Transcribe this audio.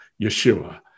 Yeshua